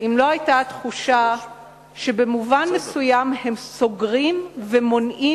אם לא היתה תחושה שבמובן מסוים הם סוגרים ומונעים